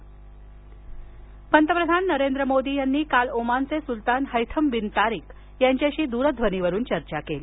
Modi Tariq चर्चा पंतप्रधान नरेंद्र मोदी यांनी काल ओमानचे सुलतान हैथम बिन तारिक यांच्याशी द्रध्वनीवरून चर्चा केली